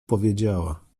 powiedziała